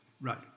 Right